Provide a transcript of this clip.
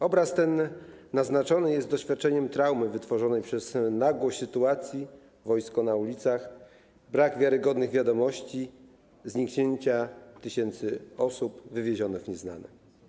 Obraz ten naznaczony jest doświadczeniem traumy wytworzonej przez nagłość sytuacji, wojsko na ulicach, brak wiarygodnych wiadomości, zniknięcia tysięcy osób wywiezionych w nieznane.